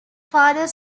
father